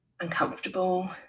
uncomfortable